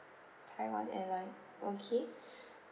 taiwan airline okay